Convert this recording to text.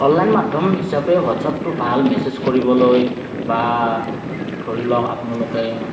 online মাধ্যম হিচাপে হোৱাট্চআপটো ভাল মেছেজ কৰিবলৈ বা ধৰি লওঁক আপোনালোকে